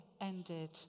ended